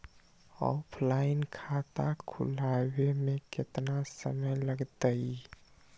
Offline खाता खुलबाबे में केतना समय लगतई?